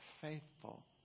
faithful